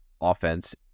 offense